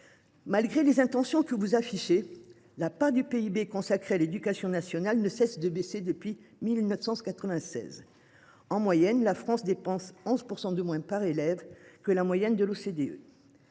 Malgré les intentions que vous affichez, la part du PIB consacrée à l’éducation nationale ne cesse de baisser depuis 1996. En moyenne, la France dépense 11 % de moins par élève que les autres pays de l’OCDE.